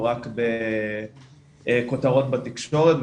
או רק בכותרות בתקשורת,